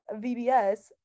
vbs